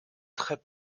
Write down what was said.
très